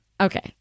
Okay